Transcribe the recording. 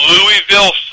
Louisville